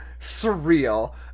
surreal